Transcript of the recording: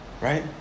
right